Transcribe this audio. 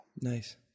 Nice